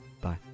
Bye